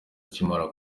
akimara